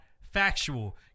factual